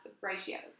Ratios